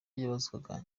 yabazwaga